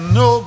no